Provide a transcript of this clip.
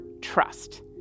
trust